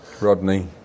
Rodney